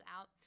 out